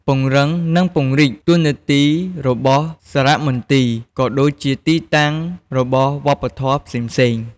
ពង្រឹងនិងពង្រីកតួនាទីរបស់សារៈមន្ទីរ ក៏ដូចជាទីតាំងរបស់វប្បធម៏ផ្សេងៗ។